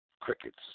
Crickets